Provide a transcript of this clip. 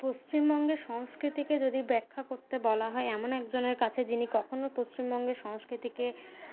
পশ্চিমবঙ্গের সংস্কৃতিকে যদি ব্যাখ্যা করতে বলা হয় এমন একজনের কাছে যিনি কখনো পশ্চিমবঙ্গের সংস্কৃতিকে